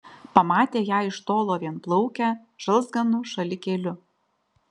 pamatė ją iš tolo vienplaukę žalzganu šalikėliu